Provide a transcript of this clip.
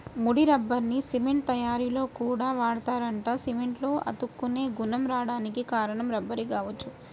ముడి రబ్బర్ని సిమెంట్ తయ్యారీలో కూడా వాడతారంట, సిమెంట్లో అతుక్కునే గుణం రాడానికి కారణం రబ్బరే గావచ్చు